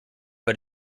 but